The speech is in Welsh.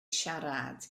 siarad